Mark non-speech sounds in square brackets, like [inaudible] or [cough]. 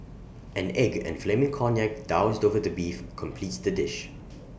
an egg and flaming cognac doused over the beef completes the dish [noise]